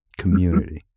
community